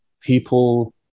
people